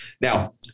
Now